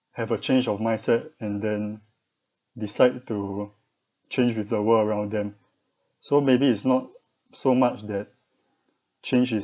have a change of mindset and then decide to change with the world around them so maybe it's not so much that change is